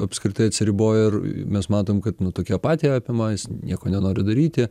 apskritai atsiriboja ir mes matom kad nu tokia apatija apima jis nieko nenori daryti